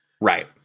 Right